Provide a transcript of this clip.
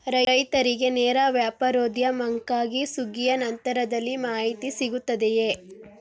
ರೈತರಿಗೆ ನೇರ ವ್ಯಾಪಾರೋದ್ಯಮಕ್ಕಾಗಿ ಸುಗ್ಗಿಯ ನಂತರದಲ್ಲಿ ಮಾಹಿತಿ ಸಿಗುತ್ತದೆಯೇ?